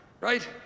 right